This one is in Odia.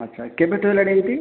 ଆଚ୍ଛା କେବେଠୁ ହେଲାଣି ଏମିତି